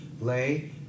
lay